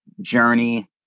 journey